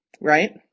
right